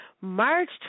March